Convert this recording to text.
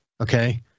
okay